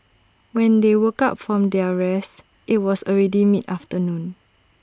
when they woke up from their rest IT was already mid afternoon